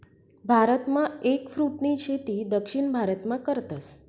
भारतमा एगफ्रूटनी शेती दक्षिण भारतमा करतस